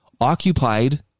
occupied